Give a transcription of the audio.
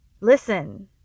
listen